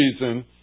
reason